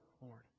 Lord